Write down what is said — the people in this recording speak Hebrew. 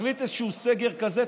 תחליט על איזשהו סגר כזה,